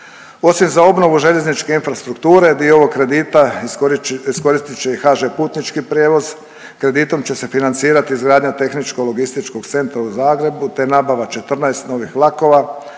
Osim za obnovu željezničke infrastrukture, dio ovog kredita iskoristit će i HŽ Putnički prijevoz. Kreditom će se financirati izgradnja tehničko-logističkog centra u Zagrebu te nabava 14 novih vlakova.